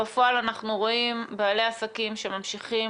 בפועל אנחנו רואים בעלי עסקים שממשיכים